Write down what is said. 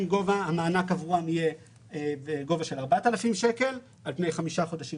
גובה המענק עבורן יהיה בגובה של 4,000 שקלים על פני חמישה חודשים